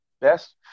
Best